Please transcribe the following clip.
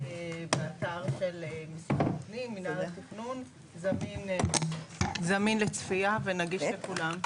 באתר של משרד הפנים מינהל התכנון זמין לצפייה ונגיש לכולם.